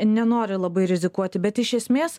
nenori labai rizikuoti bet iš esmės